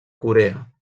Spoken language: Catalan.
corea